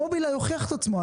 מובילאיי הוכיח את עצמו.